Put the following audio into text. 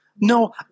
No